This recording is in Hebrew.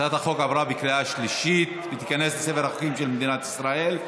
הצעת החוק עברה בקריאה שלישית ותיכנס לספר החוקים של מדינת ישראל.